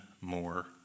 more